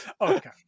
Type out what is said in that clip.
Okay